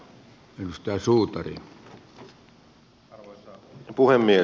arvoisa puhemies